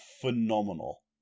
phenomenal